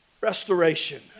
restoration